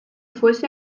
fuese